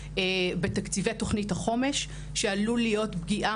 פגיעה בתקציבי תוכנית החומש שעלולה להוות פגיעה